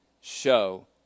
show